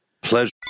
Pleasure